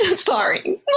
sorry